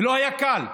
וזה לא היה קל.